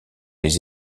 les